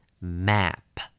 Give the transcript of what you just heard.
map